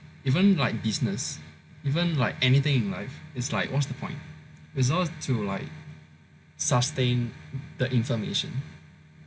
even like business even like anything in life is like what's the point is all to like sustain the information you know